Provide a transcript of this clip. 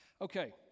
Okay